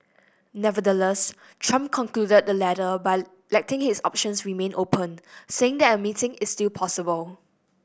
Nevertheless Trump concluded the letter by letting his options remain open saying that a meeting is still possible